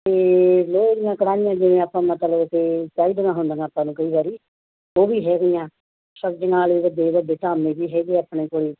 ਅਤੇ ਲੋਹੇ ਦੀਆਂ ਕੜਾਹੀਆਂ ਜਿਵੇਂ ਆਪਾਂ ਮਤਲਬ ਕਿ ਚਾਹੀਦੀਆਂ ਹੁੰਦੀਆਂ ਆਪਾਂ ਨੂੰ ਕਈ ਵਾਰ ਉਹ ਵੀ ਹੈਗੀਆਂ ਸਬਜ਼ੀਆਂ ਵਾਲੇ ਵੱਡੇ ਵੱਡੇ ਧਾਮੇ ਵੀ ਹੈਗੇ ਆਪਣੇ ਕੋਲ